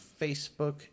Facebook